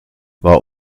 war